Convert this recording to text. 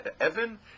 Evan